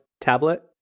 tablet